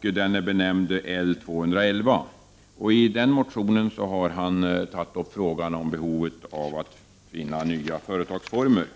Den är benämnd L 211. I den motionen har Håkan Hansson tagit upp frågan om att finna nya företagsformer.